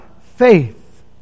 faith